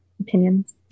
opinions